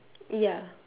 ya